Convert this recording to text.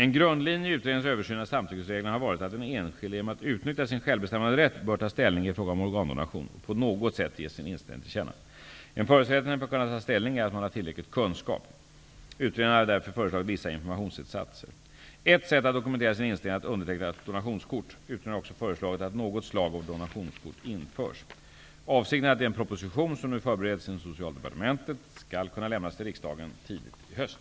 En grundlinje i utredningens översyn av samtyckesreglerna har varit att den enskilde genom att utnyttja sin självbestämmanderätt bör ta ställning i fråga om organdonation och på något sätt ge sin inställning till känna. En förutsättning för att kunna ta ställning är att man har tillräcklig kunskap. Utredningen har därför föreslagit vissa informationsinsatser. Ett sätt att dokumentera sin inställning är att underteckna ett donationskort. Utredningen har också föreslagit att något slag av donationskort införs. Avsikten är att den proposition som nu förbereds inom Socialdepartementet skall kunna lämnas till riksdagen tidigt i höst.